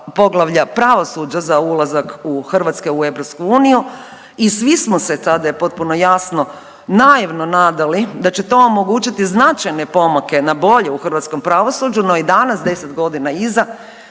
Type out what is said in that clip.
poglavlja pravosuđa za ulazak u, Hrvatske u EU i svi smo se tada je potpuno jasno, naivno nadali da će to omogućiti značajne pomake na bolje u hrvatskom pravosuđu, no i danas, 10 godina iza